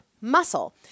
muscle